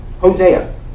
Hosea